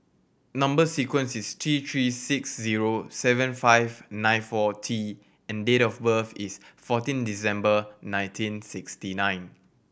number sequence is T Three six zero seven five nine four T and date of birth is fourteen December nineteen sixty nine